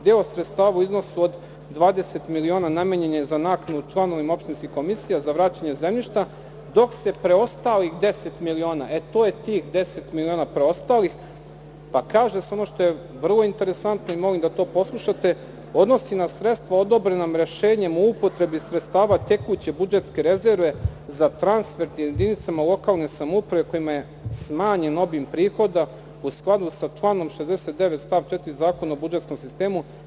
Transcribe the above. Deo sredstava u iznosu od 20 miliona namenjen je za naknadu članovima opštinskih komisijaza vraćanje zemljišta, dok se preostalih 10 miliona, to je tih deset miliona preostalih, kaže se, ono što je vrlo interesantno i molim da to poslušate, odnosi se na sredstva odobrena rešenjem o upotrebi sredstava tekuće budžetske rezerve za transfer jedinicama lokalne samouprave kojima je smanjen obim prihoda u skladu sa članom 69. stava 4. Zakona o budžetskom sistemu.